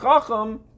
Chacham